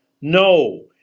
No